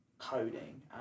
coding